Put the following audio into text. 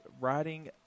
riding